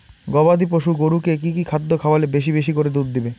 গবাদি পশু গরুকে কী কী খাদ্য খাওয়ালে বেশী বেশী করে দুধ দিবে?